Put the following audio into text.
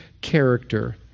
character